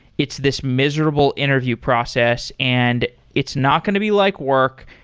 it's this miserable interview process, and it's not going to be like work.